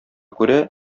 күрә